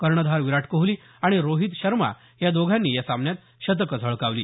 कर्णधार विराट कोहली आणि रोहित शर्मानं या सामन्यात शतकं झळकावली